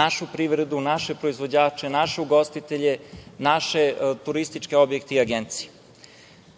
našu privredu, naše proizvođače, naše ugostitelje, naše turističke objekte i agencije. Da